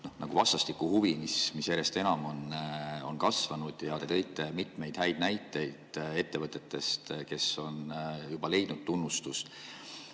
nende vastastikune huvi on järjest enam kasvanud. Te tõite mitmeid häid näiteid ettevõtetest, kes on juba leidnud tunnustust.